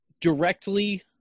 directly –